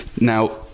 now